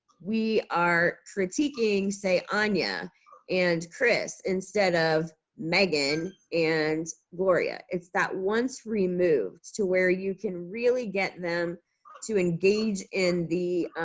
we are critiquing say, anya and chris, instead of megan and gloria. it's that once removed to where you can really get them to engage in the